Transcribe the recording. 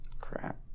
Crap